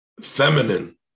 feminine